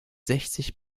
sechzig